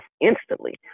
instantly